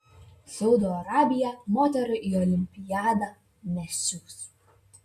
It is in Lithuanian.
saudo arabija moterų į olimpiadą nesiųs